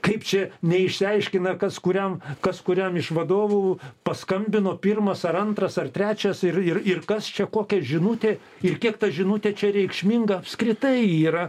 kaip čia neišsiaiškina kas kuriam kas kuriam iš vadovų paskambino pirmas ar antras ar trečias ir ir ir kas čia kokia žinutė ir kiek ta žinutė čia reikšminga apskritai yra